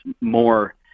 more